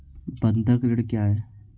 बंधक ऋण क्या है?